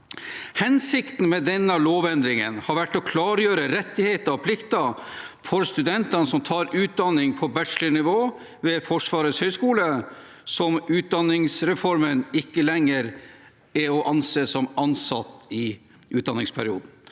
Hensikten med denne lovendringen har vært å klargjøre rettigheter og plikter for studenter som tar utdanning på bachelornivå ved Forsvarets høgskole, og som etter utdanningsreformen ikke lenger er å anse som ansatt i utdanningsperioden.